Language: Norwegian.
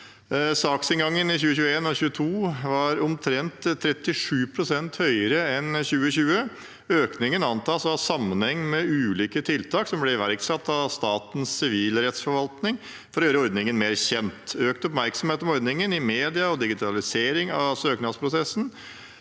Saksinngangen i 2021 og 2022 var omtrent 37 pst. høyere enn i 2020. Økningen antas å ha sammenheng med ulike tiltak som ble iverksatt av Statens sivilrettsforvaltning for å gjøre ordningen mer kjent. Økt oppmerksomhet om ordningen i media og digitalisering av søknadsprosessen